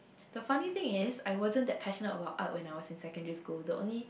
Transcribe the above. the funny thing is I wasn't that passionate about Art when I was in secondary school the only